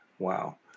Wow